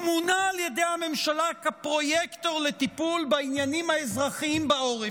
הוא מונה על ידי הממשלה כפרויקטור לטיפול בעניינים האזרחיים בעורף.